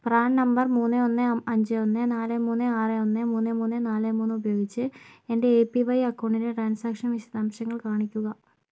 PRAN number മൂന്ന് ഒന്ന് അഞ്ച് ഒന്ന് നാല് മൂന്ന് ആറ് ഒന്ന് മൂന്ന് മൂന്ന് നാല് മൂന്ന് ഉപയോഗിച്ച് എൻ്റെ എ പി വൈ അക്കൗണ്ടിൻ്റെ ട്രാൻസാക്ഷൻ വിശദാംശങ്ങൾ കാണിക്കുക